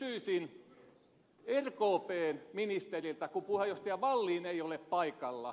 nyt kysyisin rkpn ministeriltä kun puheenjohtaja wallin ei ole paikalla